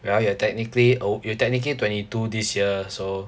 well you're technically oh you're technically twenty two this year so